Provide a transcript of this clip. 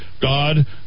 God